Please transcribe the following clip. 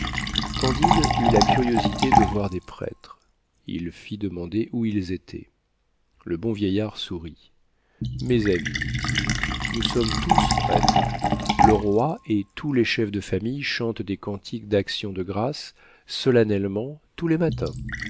candide eut la curiosité de voir des prêtres il fit demander où ils étaient le bon vieillard sourit mes amis dit-il nous sommes tous prêtres le roi et tous les chefs de famille chantent des cantiques d'actions de grâces solennellement tous les matins